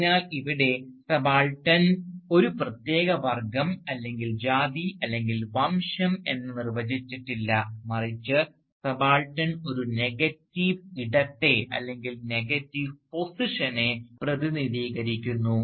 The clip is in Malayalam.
അതിനാൽ ഇവിടെ സബാൾട്ടൻ ഒരു പ്രത്യേക വർഗ്ഗം അല്ലെങ്കിൽ ജാതി അല്ലെങ്കിൽ വംശം എന്ന് നിർവചിച്ചിട്ടില്ല മറിച്ച് സബാൾട്ടൻ ഒരു നെഗറ്റീവ് ഇടത്തെ അല്ലെങ്കിൽ നെഗറ്റീവ് പൊസിഷനെ പ്രതിനിധീകരിക്കുന്നു